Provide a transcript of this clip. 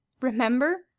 Remember